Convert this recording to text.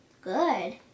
good